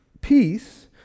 peace